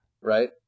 right